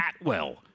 Atwell